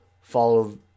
follow